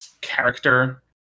character